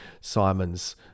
Simon's